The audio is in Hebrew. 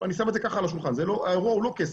אני שם את זה ככה על השולחן, האירוע הוא לא כסף,